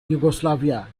yugoslavia